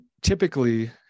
typically